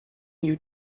you